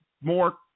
more